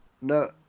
no